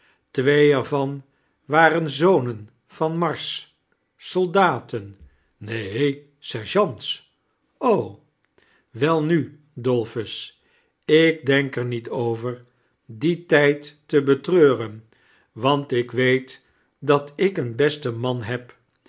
twee er van waren zonen van mars soldaten sergeant welnu dolphus ik denk er met bover dien tijd te betreuren want ik weet dat ik een besten man heb